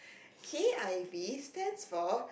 K_I_V stands for